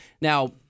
Now